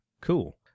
Cool